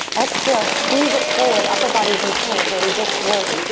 exhale, squeeze it forward. upper body's in plank, where we just were.